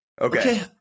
Okay